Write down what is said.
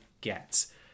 get